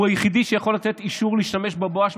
הוא היחיד שיכול לתת אישור להשתמש בבואש,